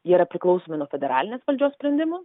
jie yra priklausomi nuo federalinės valdžios sprendimų